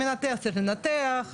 המנתח צריך לנתח,